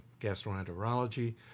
gastroenterology